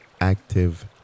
active